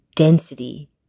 Density